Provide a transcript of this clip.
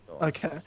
Okay